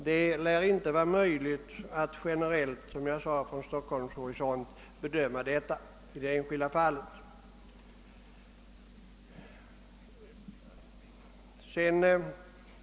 Det lär — som jag sade — inte vara möjligt att från Stockholms horisont generellt bedöma förhållandena i det enskilda fallet.